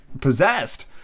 possessed